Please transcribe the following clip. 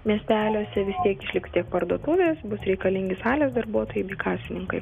miesteliuose vis tiek išliks tiek parduotuvės bus reikalingi salės darbuotojai bei kasininkai